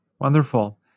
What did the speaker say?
Wonderful